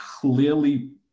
clearly